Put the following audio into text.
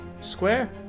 square